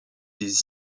des